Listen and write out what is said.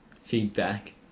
feedback